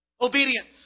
obedience